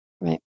right